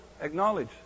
acknowledge